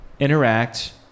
interact